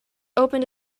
opened